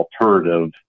alternative